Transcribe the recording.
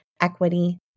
equity